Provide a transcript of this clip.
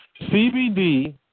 CBD